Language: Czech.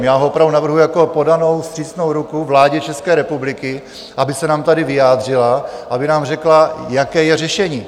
Já ho opravdu navrhuji jako podanou vstřícnou ruku vládě České republiky, aby se nám tady vyjádřila, aby nám řekla, jaké je řešení.